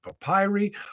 papyri